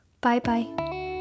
Bye-bye